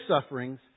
sufferings